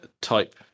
Type